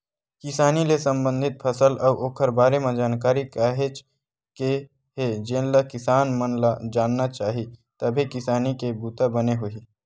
किसानी ले संबंधित फसल अउ ओखर बारे म जानकारी काहेच के हे जेनला किसान मन ल जानना चाही तभे किसानी के बूता बने होही